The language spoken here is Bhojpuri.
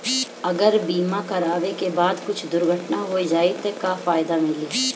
अगर बीमा करावे के बाद कुछ दुर्घटना हो जाई त का फायदा मिली?